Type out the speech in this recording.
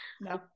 No